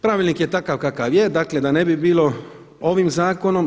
Pravilnik je takav kakav je, dakle da ne bi bilo ovim zakonom.